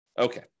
Okay